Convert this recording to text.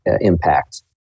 impact